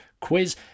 quiz